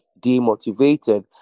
demotivated